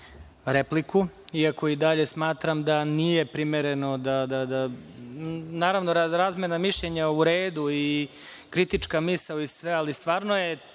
iako i dalje smatram da nije primereno. Naravno, razmena mišljenja, u redu, kritička misao i sve ostalo, ali stvarno težina